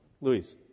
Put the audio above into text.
Louise